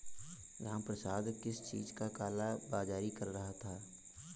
रामप्रसाद किस चीज का काला बाज़ारी कर रहा था